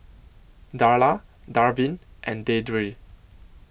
Darla Darvin and Deidre